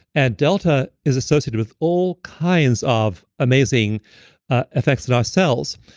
and delta is associated with all kinds of amazing ah effects in our cells.